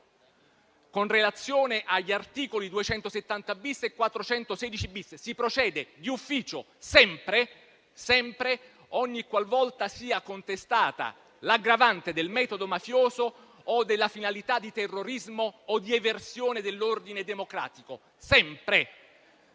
con relazione agli articoli 270-*bis* e 416-*bis* si procede d'ufficio sempre - lo sottolineo - ogni qualvolta sia contestata l'aggravante del metodo mafioso o della finalità di terrorismo o di eversione dell'ordine democratico. Ripeto: